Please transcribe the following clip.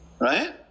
Right